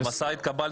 יכולת להתקבל